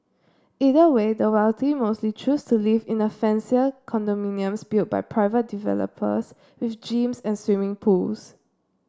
either way the wealthy mostly choose to live in a fancier condominiums built by private developers with gyms and swimming pools